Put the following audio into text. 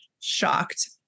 shocked